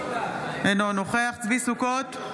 אינו נוכח צבי ידידיה סוכות,